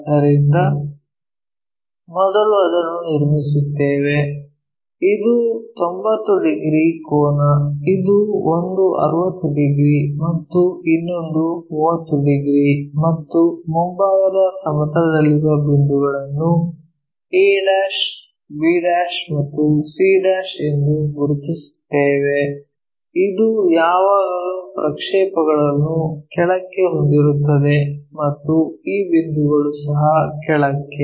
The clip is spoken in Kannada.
ಆದ್ದರಿಂದ ಮೊದಲು ಅದನ್ನು ನಿರ್ಮಿಸುತ್ತೇವೆ ಇದು 90 ಡಿಗ್ರಿ ಕೋನ ಇದು ಒಂದು 60 ಡಿಗ್ರಿ ಮತ್ತು ಇನ್ನೊಂದು 30 ಡಿಗ್ರಿ ಮತ್ತು ಮುಂಭಾಗದ ಸಮತಲದಲ್ಲಿರುವ ಬಿಂದುಗಳನ್ನು a b ಮತ್ತು c ಎಂದು ಗುರುತಿಸುತ್ತೇವೆ ಇದು ಯಾವಾಗಲೂ ಪ್ರಕ್ಷೇಪಗಳನ್ನು ಕೆಳಕ್ಕೆ ಹೊಂದಿರುತ್ತದೆ ಮತ್ತು ಈ ಬಿಂದುಗಳು ಸಹ ಕೆಳಕ್ಕೆ